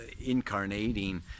incarnating